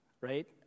right